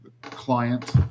client